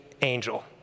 angel